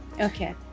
Okay